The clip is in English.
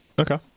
Okay